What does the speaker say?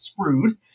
screwed